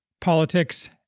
politics